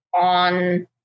on